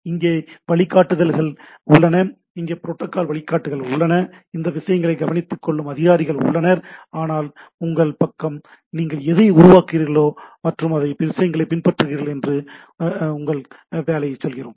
இங்கே வழிகாட்டுதல்கள் உள்ளன இங்கே புரோட்டோக்கால் வழிகாட்டுதல்கள் உள்ளன அந்த விஷயங்களை கவனித்துக்கொள்ளும் அதிகாரிகள் உள்ளனர் ஆனால் உங்கள் பக்கம் நீங்கள் எதை உருவாக்குகிறீர்கள் மற்றும் எந்த விஷயங்களைப் பின்பற்றுகிறீர்கள் என்பது உங்கள் வேலை ஆகும்